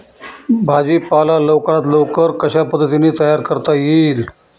भाजी पाला लवकरात लवकर कशा पद्धतीने तयार करता येईल?